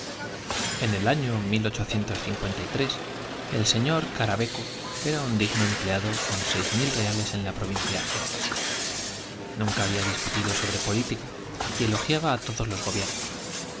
en el año el era seis mil reales en la provincia x empleado con discutido sobre política y elogiaba á nunca había todos los gobiernos